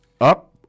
Up